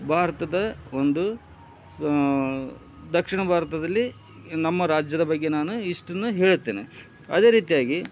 ಭಾರತದ ಒಂದು ದಕ್ಷಿಣ ಬಾರತದಲ್ಲಿ ನಮ್ಮ ರಾಜ್ಯದ ಬಗ್ಗೆ ನಾನು ಇಷ್ಟನ್ನ ಹೇಳ್ತೇನೆ ಅದೇ ರೀತಿಯಾಗಿ